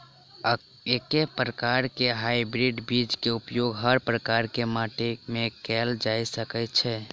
एके प्रकार केँ हाइब्रिड बीज केँ उपयोग हर प्रकार केँ माटि मे कैल जा सकय छै?